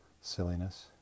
Silliness